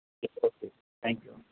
okay thank you